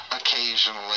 occasionally